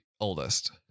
oldest